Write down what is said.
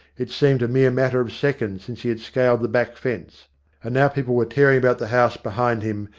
it seemed a mere matter of seconds since he had scaled the back fence and now people were tearing about the house behind him,